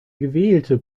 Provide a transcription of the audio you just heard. gewählte